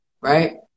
Right